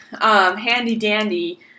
handy-dandy